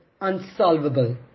unsolvable